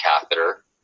catheter